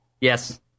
Yes